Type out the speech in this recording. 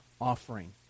offering